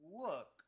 look